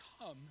come